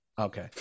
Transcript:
Okay